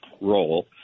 role